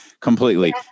completely